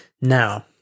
Now